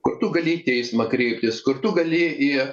kur tu gali į teismą kreiptis kur tu gali į